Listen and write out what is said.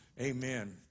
amen